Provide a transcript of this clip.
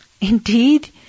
Indeed